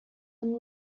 and